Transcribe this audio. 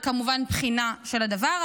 וכמובן בחינה של הדבר.